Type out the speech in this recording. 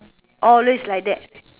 always like that